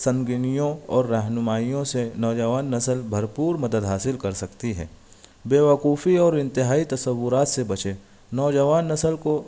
سنگینیوں اور رہنمائیوں سے نوجوان نسل بھر پور مدد حاصل کر سکتی ہے بےوقوفی اورانتہائی تصورات سے بچیں نوجوان نسل کو